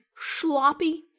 sloppy